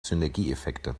synergieeffekte